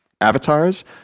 avatars